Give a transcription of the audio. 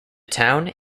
town